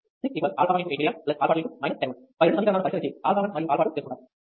6 α 1 × 8 mA α 2 × పై రెండూ సమీకరణాలను పరిష్కరించి α 1 మరియు α 2 తెలుసుకుంటాము